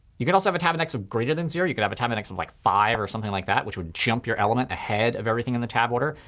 you could also have tab index of greater than zero. you could have a tab index of like five or something like that, which would jump your element ahead of everything in the tab order.